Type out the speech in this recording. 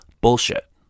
bullshit